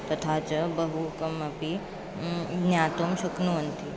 तथा च बहु कम् अपि ज्ञातुं शक्नुवन्ति